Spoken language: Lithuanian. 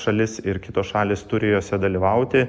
šalis ir kitos šalys turi jose dalyvauti